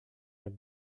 jak